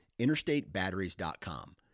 interstatebatteries.com